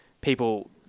people